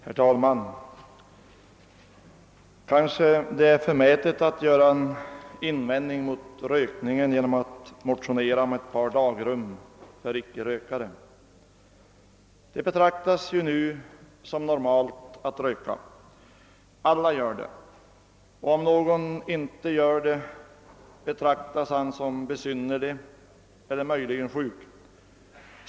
Herr talman! Det är kanske förmätet att vända sig mot rökningen genom att motionera om ett par dagrum för icke rökare. Det betraktas ju som normalt att röka. Nästan alla gör det. Om någon inte röker betraktas han som besynnerlig eller möjligen sjuk.